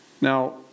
Now